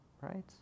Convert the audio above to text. right